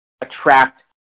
attract